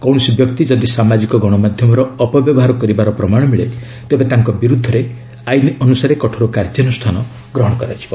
କୌଣସି ବ୍ୟକ୍ତି ଯଦି ସାମାଜିକ ଗଣମାଧ୍ୟମର ଅପବ୍ୟବହାର କରିବାର ପ୍ରମାଣ ମିଳେ ତେବେ ତାଙ୍କ ବିରୁଦ୍ଧରେ ଆଇନ ଅନୁସାରେ କଠୋର କାର୍ଯ୍ୟାନୁଷ୍ଠାନ ଗ୍ରହଣ କରାଯିବ